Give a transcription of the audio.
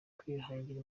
kwihangira